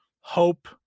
hope